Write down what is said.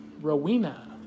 Rowena